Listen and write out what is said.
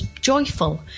joyful